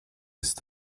jest